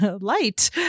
light